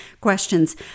questions